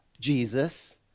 Jesus